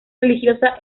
religiosa